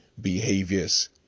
behaviors